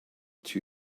two